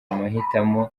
amahitamo